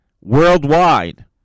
worldwide